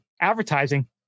advertising